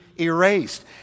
erased